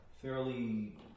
fairly